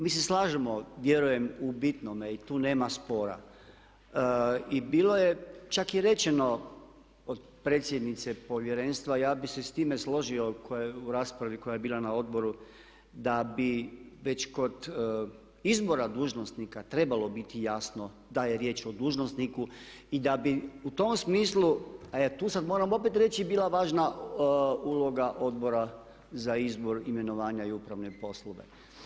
Mi se slažemo vjerujem u bitnome i tu nema spora i bilo je čak i rečeno od predsjednice Povjerenstva, ja bih se s time složio koja je u raspravi, koja je bila na odboru da bi već kod izbora dužnosnika trebalo biti jasno da je riječ o dužnosniku i da bi u tom smislu e tu sad moram opet reći bila važna uloga Odbora za izbor, imenovanja i upravne poslove.